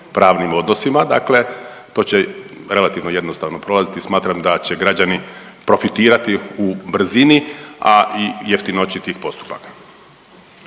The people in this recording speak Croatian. pravnim odnosima, dakle to će relativno jednostavno prolaziti, smatram da će građani profitirati u brzini, a i jeftinoći tih postupaka.